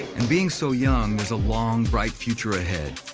and being so young, there's a long, bright future ahead.